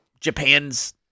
Japan's